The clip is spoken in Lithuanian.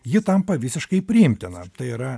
ji tampa visiškai priimtina tai yra